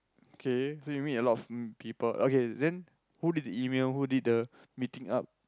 okay so you meet a lot of mm people okay then who did the email who did the meeting up